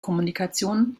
kommunikation